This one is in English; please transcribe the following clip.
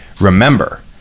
remember